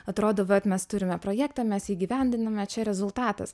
atrodo vat mes turime projektą mes jį įgyvendiname čia rezultatas